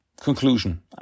conclusion